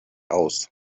aus